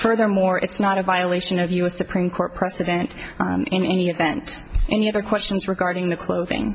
furthermore it's not a violation of u s supreme court precedent in any event any other questions regarding the clothing